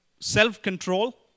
self-control